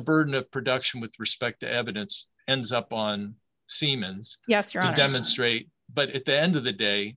the burden of production with respect to evidence ends up on siemens yes you're not demonstrate but at the end of the day